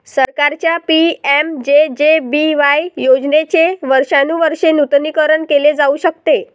सरकारच्या पि.एम.जे.जे.बी.वाय योजनेचे वर्षानुवर्षे नूतनीकरण केले जाऊ शकते